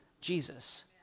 Jesus